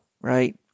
right